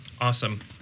Awesome